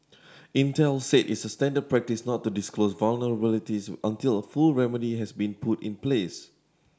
Intel said it's standard practice not to disclose vulnerabilities until full remedy has been put in place